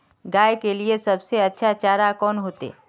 गाय के लिए सबसे अच्छा चारा कौन होते?